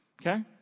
Okay